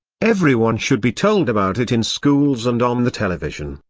everyone should be told about it in schools and on the television.